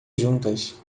juntas